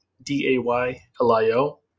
D-A-Y-L-I-O